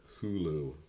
Hulu